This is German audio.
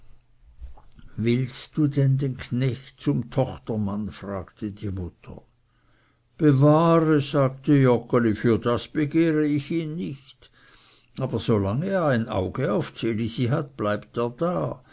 willst du denn den knecht zum tochtermann fragte die mutter bewahre sagte joggeli für das begehre ich ihn nicht aber solange er ein auge auf ds elisi hat bleibt er da